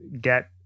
get